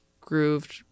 grooved